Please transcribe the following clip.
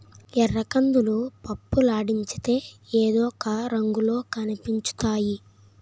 ఎర్రకందులు పప్పులాడించితే అదొక రంగులో కనిపించుతాయి